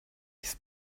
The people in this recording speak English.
his